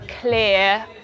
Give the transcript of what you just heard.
clear